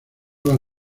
las